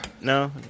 No